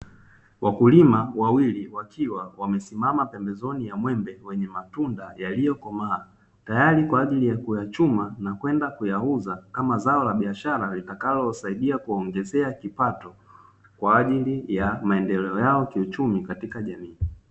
Wakulima wawili wakiwa wamesimama pembezoni ya muembe wenye matunda yaliyokomaa, tayari kwa ajili ya kuyachuma na kwenda kuyauza kama zao la biashara na litakalowasaidia kuwaongezea kipato kwa ajili ya maendeleo yao kiuchumi katika jamii.